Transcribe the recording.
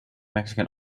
mexican